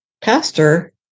pastor